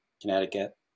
Connecticut